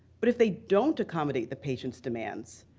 but if they don't accommodate the patient's demands,